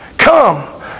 Come